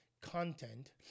content